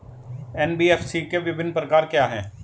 NBFC के विभिन्न प्रकार क्या हैं?